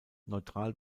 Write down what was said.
neutral